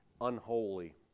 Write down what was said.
unholy